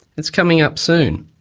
it's coming up soon.